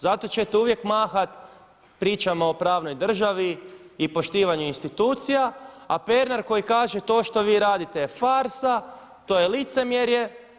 Zato ćete uvijek mahati pričama o pravnoj državi i poštivanju institucija, a Pernar koji kaže to što vi radite je farsa, to je licemjerje.